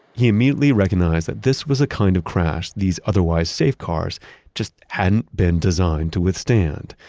he immediately recognized that this was a kind of crash these otherwise safe cars just hadn't been designed to withstand,